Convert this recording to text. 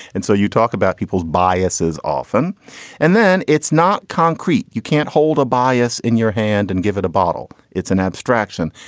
and so you talk about people's biases often and then it's not concrete. you can't hold a bias in your hand and give it a bottle. it's an abstraction.